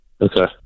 Okay